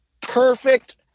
perfect